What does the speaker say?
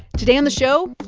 today on the show,